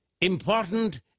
important